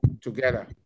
together